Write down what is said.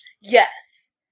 Yes